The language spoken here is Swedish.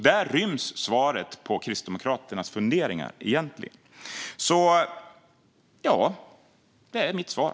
Där ryms egentligen svaret på Kristdemokraternas funderingar, så det är också mitt svar.